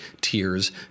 tears